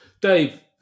Dave